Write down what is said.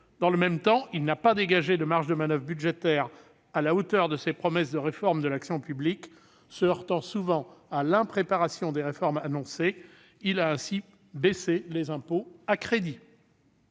Dans le même temps, le Gouvernement n'a pas dégagé de marges de manoeuvre budgétaires à la hauteur de ses promesses de réforme de l'action publique, se heurtant souvent à l'impréparation des réformes annoncées. Il a ainsi baissé les impôts à crédit.